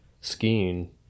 skiing